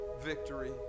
victory